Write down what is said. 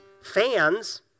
fans